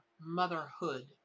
motherhood